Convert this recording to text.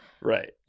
Right